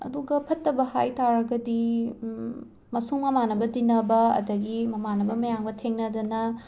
ꯑꯗꯨꯒ ꯐꯠꯇꯕ ꯍꯥꯏꯇꯥꯔꯒꯗꯤ ꯃꯁꯨꯡ ꯃꯃꯥꯟꯅꯕ ꯇꯤꯟꯅꯕ ꯑꯗꯒꯤ ꯃꯃꯥꯟꯅꯕ ꯃꯌꯥꯝꯒ ꯊꯦꯡꯅꯗꯅ